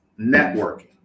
networking